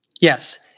Yes